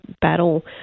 battle